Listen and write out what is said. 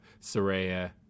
Soraya